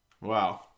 Wow